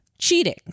cheating